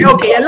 Okay